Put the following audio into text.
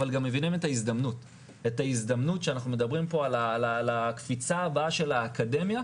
אבל גם מבינים את ההזדמנות שאנחנו מדברים פה על הקפיצה הבאה של האקדמיה,